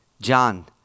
John